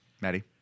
Maddie